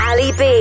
Ali-B